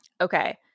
Okay